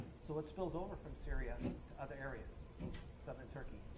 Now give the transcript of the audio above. so it spills over from syria to other areas southern turkey,